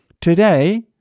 today